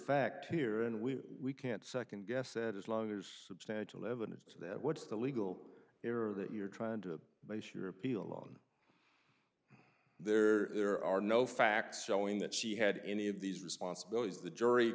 fact here and we we can't second guess and as long as substantial evidence that what's the legal error that you're trying to base your appeal on there there are no facts showing that she had any of these responsibilities the jury